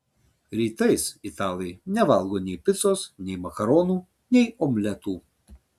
rytais italai nevalgo nei picos nei makaronų nei omletų